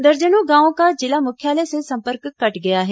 दर्जनों गांवों का जिला मुख्यालय से संपर्क कट गया है